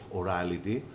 orality